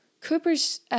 Cooper's